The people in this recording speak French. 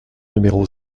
numéro